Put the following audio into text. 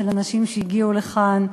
של אנשים שהגיעו לכאן,